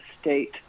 state